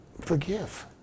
forgive